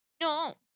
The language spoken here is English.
No